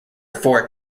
four